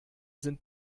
sind